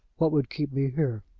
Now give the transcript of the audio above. what would keep me here?